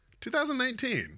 2019